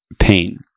Pain